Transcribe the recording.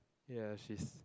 ya she's